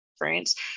experience